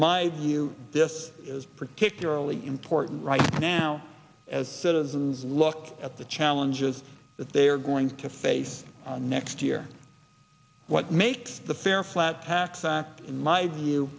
my view this is particularly important right now as citizens look at the challenges that they are going to face next year what makes the fair flat tax act in my view